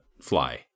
fly